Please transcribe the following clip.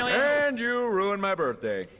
and you ruined my birthday!